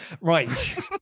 right